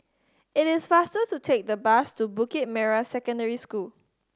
it is faster to take the bus to Bukit Merah Secondary School